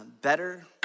better